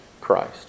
Christ